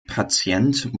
patient